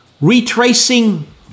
retracing